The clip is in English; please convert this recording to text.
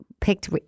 picked